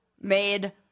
made